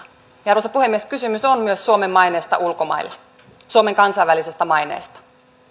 arvoisa puhemies kysymys on myös suomen maineesta ulkomailla suomen kansainvälisestä maineesta